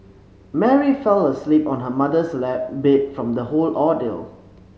Mary fell asleep on her mother's lap beat from the whole ordeal